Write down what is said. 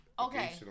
Okay